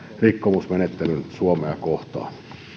rikkomusmenettelyn suomea kohtaan